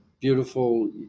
beautiful